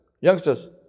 Youngsters